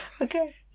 Okay